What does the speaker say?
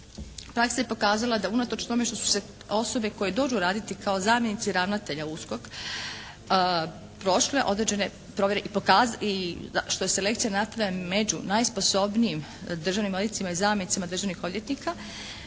praksa je pokazala da unatoč tome što su se osobe koje dođu raditi kao zamjenici ravnatelja USKOK prošle određene provjere i što je selekcija … /Govornica se ne razumije./ … među najsposobnijim državnim odvjetnicima i zamjenicima državnih odvjetnika